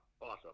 awesome –